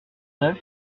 neuf